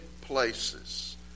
places